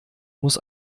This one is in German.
muss